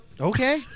Okay